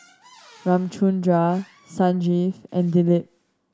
Ramchundra Sanjeev and Dilip